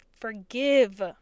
forgive